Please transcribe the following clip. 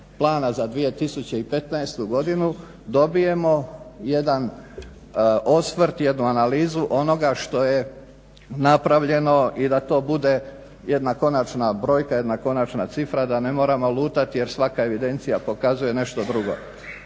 za 2015. godinu dobijemo jedan osvrt, jednu analizu onoga što je napravljeno i da to bude jedna konačna brojka, jedna konačna cifra da ne moramo lutati jer svaka evidencija pokazuje nešto drugo.